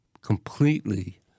completely